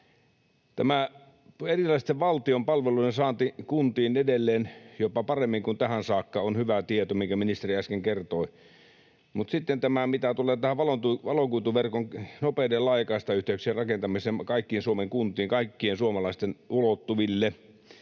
Tämä erilaisten valtion palveluiden saanti kuntiin edelleen jopa paremmin kuin tähän saakka on hyvä tieto, minkä ministeri äsken kertoi, mutta mitä sitten tulee tähän valokuituverkon, nopeiden laajakaistayhteyksien, rakentamiseen kaikkiin Suomen kuntiin kaikkien suomalaisten ulottuville,